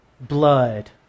Blood